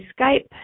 Skype